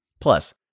Plus